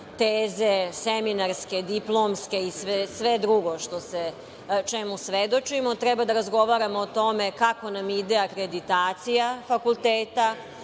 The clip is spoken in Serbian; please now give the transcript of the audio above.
teze seminarske, diplomske i sve drugo čemu svedočimo. Treba da razgovaramo o tome kako nam ide akreditacija fakulteta,